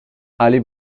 allez